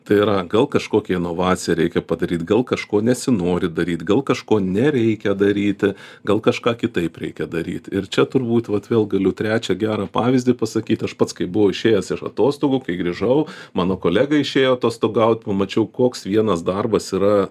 tai yra gal kažkokią inovaciją reikia padaryt gal kažko nesinori daryt gal kažko nereikia daryti gal kažką kitaip reikia daryt ir čia turbūt vat vėl galiu trečią gerą pavyzdį pasakyt aš pats kai buvau išėjęs iš atostogų kai grįžau mano kolega išėjo atostogaut pamačiau koks vienas darbas yra